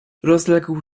rozległ